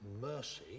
mercy